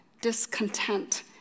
discontent